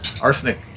arsenic